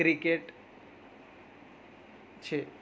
cricket છે